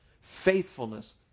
Faithfulness